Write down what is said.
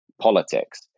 politics